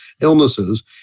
illnesses